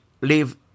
leave